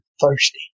thirsty